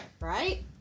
right